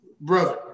Brother